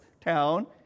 town